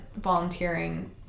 volunteering